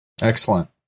Excellent